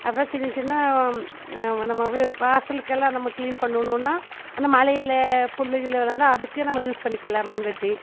அப்புறம் சின்ன சின்ன நம்ம வாசலுக்கெல்லாம் நம்ம கிளீன் பண்ணனுனா அந்த மழையில புல்லுகில்லு வளர்ந்தா அதுக்கு நம்ம யூஸ் பண்ணிக்கிலாம் மண்வெட்டி